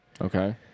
Okay